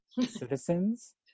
citizens